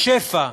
בשפע.